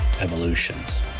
evolutions